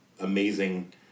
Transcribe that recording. amazing